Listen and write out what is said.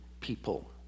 people